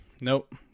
nope